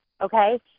okay